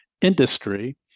industry